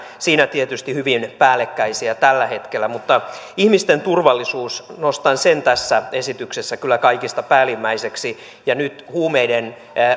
siinä tietysti hyvin päällekkäisiä tällä hetkellä ihmisten turvallisuus nostan sen tässä esityksessä kyllä kaikista päällimmäisimmäksi ja nyt huumeiden